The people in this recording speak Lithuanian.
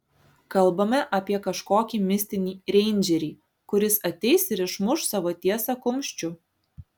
kalbame apie kažkokį mistinį reindžerį kuris ateis ir išmuš savo tiesą kumščiu